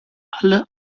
alle